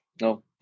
no